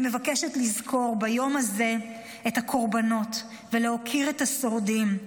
אני מבקשת לזכור ביום הזה את הקורבנות ולהוקיר את השורדים,